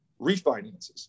Refinances